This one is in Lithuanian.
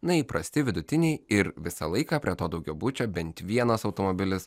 na įprasti vidutiniai ir visą laiką prie to daugiabučio bent vienas automobilis